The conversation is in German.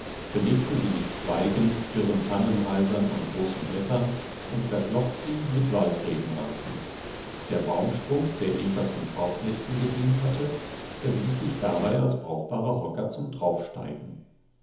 belegte sie mit zweigen dürren tannenreisern und großen blättern und verflocht sie mit waldrebenranken der baumstrunk der eva zum korbflechten gedient hatte erwies sich dabei als brauchbarer hocker zum